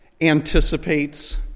anticipates